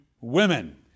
women